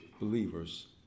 believers